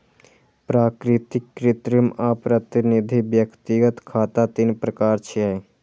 प्राकृतिक, कृत्रिम आ प्रतिनिधि व्यक्तिगत खाता तीन प्रकार छियै